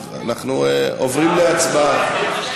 אנחנו עוברים להצבעה.